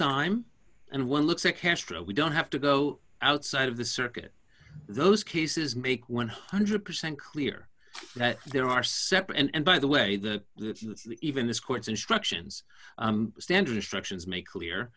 time and one looks at castro we don't have to go outside of the circuit those cases make one hundred percent clear that there are separate and by the way that even this court's instructions standard instructions make clear